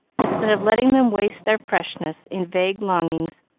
instead of letting them waste their freshness in vague longings,